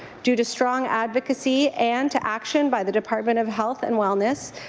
due to strong advocacy and to action by the department of health and wellness,